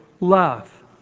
love